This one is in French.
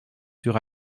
sur